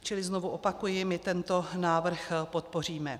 Čili znovu opakuji, my tento návrh podpoříme.